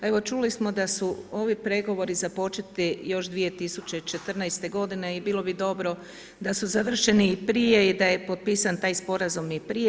Evo čuli smo da su ovi pregovori započeti još 2014. godine i bilo bi dobro da su završeni i prije i da je potpisan i prije.